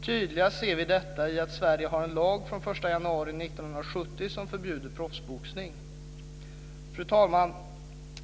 Tydligast ser vi detta i att Sverige sedan den 1 januari 1970 har en lag som förbjuder proffsboxning. Fru talman!